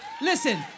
Listen